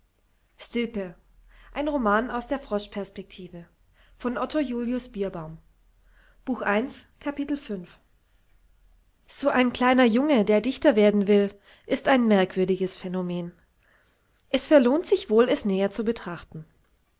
so ein kleiner junge der dichter werden will ist ein merkwürdiges phänomen es verlohnt sich wohl es näher zu betrachten